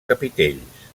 capitells